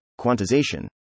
quantization